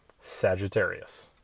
Sagittarius